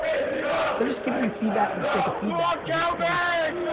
they're just giving you feedback for the sake of feedback cause you're twenty something.